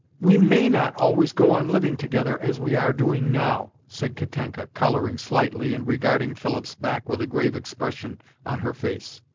we may not always go on living together as we are doing now, said katenka, colouring slightly, and regarding philip's back with a grave expression on her face.